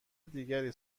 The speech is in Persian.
دیگری